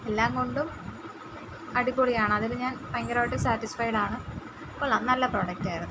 എല്ലാം കൊണ്ടും അടിപൊളിയാണ് അതായത് ഞാൻ ഭയങ്കരമായിട്ട് സാറ്റിസ്ഫൈഡ് ആണ് കൊള്ളാം നല്ല പ്രൊഡക്റ്റ് ആയിരുന്നു